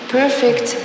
perfect